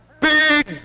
big